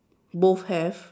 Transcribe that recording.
both have